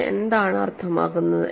ഇത് എന്താണ് അർത്ഥമാക്കുന്നത്